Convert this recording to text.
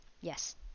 Yes